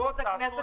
פה זה הכנסת.